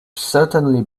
certainly